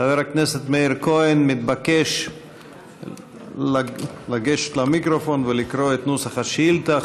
חבר הכנסת מאיר כהן מתבקש לגשת למיקרופון ולקרוא את נוסח השאילתה.